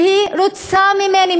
והיא רוצה ממני,